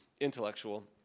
intellectual